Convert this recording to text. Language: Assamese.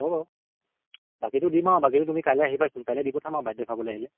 হ'ব বাৰু বাকীটো দিম আৰু বাকীটো তুমি কাইলৈ আহিবাইছোন কাইলৈ দিব পঠাম আৰু বাৰ্থদে খাবলৈ আহিলে